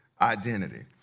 identity